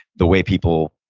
the way people